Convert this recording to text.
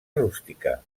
rústica